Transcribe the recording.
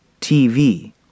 TV